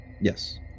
Yes